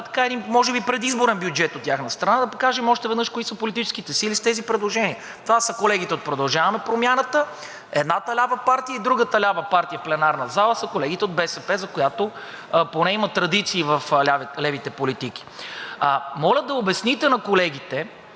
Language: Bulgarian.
прави един може би предизборен бюджет от тяхна страна. Да покажем още веднъж кои са политическите сили с тези предложения. Това са колегите от „Продължаваме Промяната“ – едната лява партия, и другата лява партия в пленарната зала са колегите от БСП, която поне има традиции в левите политики. Моля да обясните на колегите,